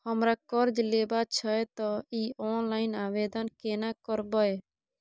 हमरा कर्ज लेबा छै त इ ऑनलाइन आवेदन केना करबै?